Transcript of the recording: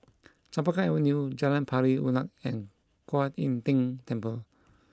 Chempaka Avenue Jalan Pari Unak and Kuan Im Tng Temple